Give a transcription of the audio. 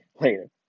later